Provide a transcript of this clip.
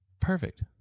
Perfect